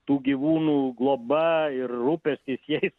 tų gyvūnų globa ir rūpestis jais